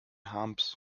harms